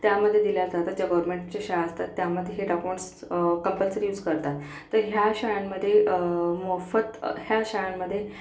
त्यामध्ये दिल्या जातं त्या गव्हर्नमेंटच्या शाळा असतात त्यामध्ये हे डाकोंट्स कम्पल्सरी यूज करतात तर ह्या शाळांमध्ये मोफत ह्या शाळांमध्ये